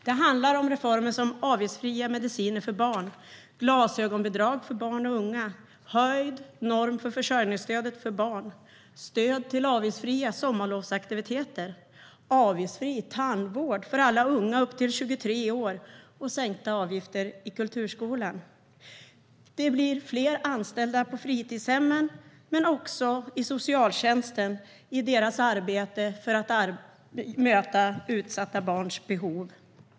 Det handlar om reformer som avgiftsfria mediciner för barn, glasögonbidrag för barn och unga, höjd norm för försörjningsstödet för barn, stöd till avgiftsfria sommarlovsaktiviteter, avgiftsfri tandvård för alla upp till 23 år och sänkta avgifter i kulturskolan. Det blir fler anställda på fritidshemmen men också i socialtjänsten i arbetet med att möta utsatta barns behov.